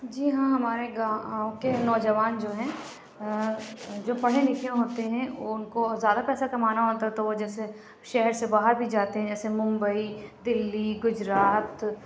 جی ہاں ہمارے گاؤں کے نوجوان جو ہیں جو پڑھے لکھے ہوتے ہیں اُن کو زیادہ پیسہ کمانا ہوتا ہے تو وہ جیسے شہر سے باہر بھی جاتے ہیں جیسے ممبئی دلّی گُجرات